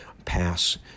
pass